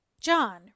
John